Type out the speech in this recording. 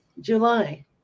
July